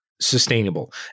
sustainable